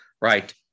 right